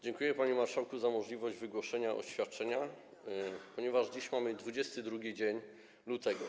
Dziękuję, panie marszałku, za możliwość wygłoszenia oświadczenia, ponieważ dziś mamy 22 dzień lutego.